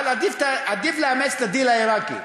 אבל עדיף לאמץ את הדיל העיראקי.